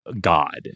God